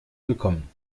willkommen